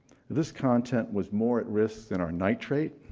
this content was more at risk than our nitrate,